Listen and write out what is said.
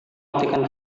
matikan